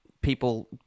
people